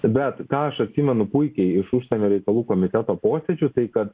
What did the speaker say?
bet ką aš atsimenu puikiai iš užsienio reikalų komiteto posėdžių tai kad